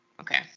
Okay